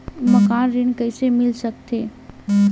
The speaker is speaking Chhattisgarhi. मकान ऋण कइसे मिल सकथे?